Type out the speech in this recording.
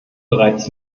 bereits